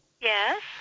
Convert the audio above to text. Yes